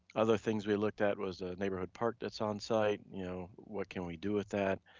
other things we looked at was a neighborhood park that's onsite, you know what can we do with that,